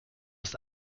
ist